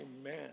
Amen